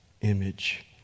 image